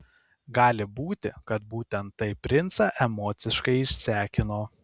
gali būti kad būtent tai princą emociškai išsekino